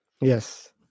Yes